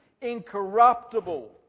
incorruptible